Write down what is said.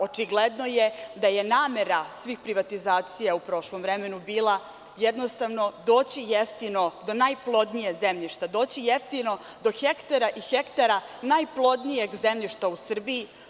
Očigledno je da je namera svih privatizacija u prošlom vremenu bila jednostavno doći jeftino do najplodnijeg zemljišta, doći jeftino do hektara i hektara najplodnijeg zemljišta u Srbiji.